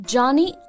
Johnny